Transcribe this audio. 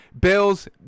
Bills